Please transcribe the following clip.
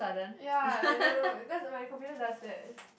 ya I don't know cause my computer does that